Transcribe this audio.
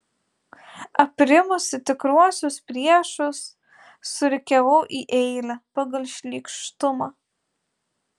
aprimusi tikruosius priešus surikiavau į eilę pagal šlykštumą